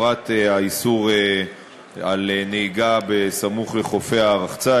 בפרט האיסור על נהיגה בסמוך לחופי הרחצה,